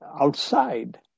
outside